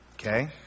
Okay